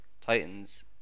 Titans